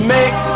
Make